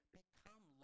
become